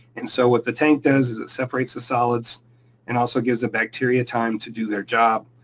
and so, what the tank does is it separates the solids and also gives the bacteria time to do their job.